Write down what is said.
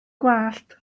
gwallt